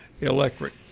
Electric